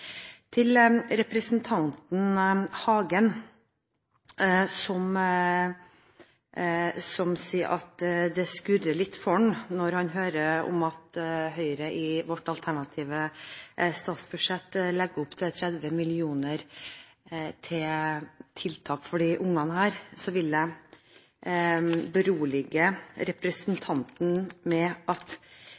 Til representanten Aksel Hagen, som sier at det skurrer litt for ham når han hører at vi i Høyre i vårt alternative statsbudsjett legger opp til 30 mill. kr til tiltak for disse ungene: Jeg vil berolige representanten med å si at